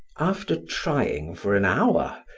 after trying for an hour,